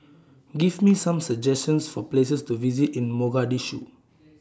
Give Me Some suggestions For Places to visit in Mogadishu